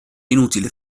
inutile